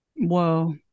Whoa